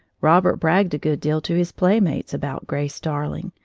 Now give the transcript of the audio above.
robert bragged a good deal to his playmates about grace darling,